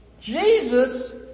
Jesus